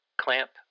Clamp